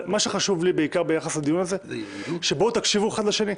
מה שחשוב לי בעיקר ביחס לדיון הזה הוא שתקשיבו אחד לשני,